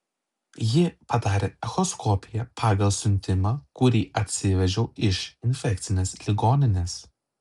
ji padarė echoskopiją pagal siuntimą kurį atsivežiau iš infekcinės ligoninės